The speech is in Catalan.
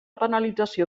penalització